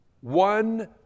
one